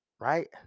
Right